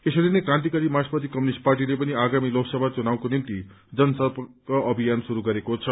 यसरीनै क्रान्तिकारी मार्क्सवादी कम्युनिष्ट पार्टीले पनि आगामी लोाकस्भा चुनावको निम्ति जनसम्पक आग्नियन शुरू गरेको छ